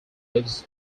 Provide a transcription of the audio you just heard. leaves